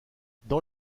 dans